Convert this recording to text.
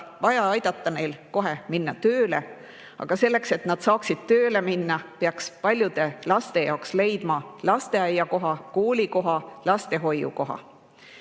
vaja aidata neil kohe töö leida. Aga selleks, et nad saaksid tööle minna, on vaja paljude laste jaoks leida lasteaiakoht, koolikoht, lastehoiukoht.